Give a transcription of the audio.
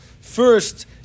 first